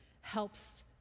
helps